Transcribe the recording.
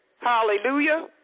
Hallelujah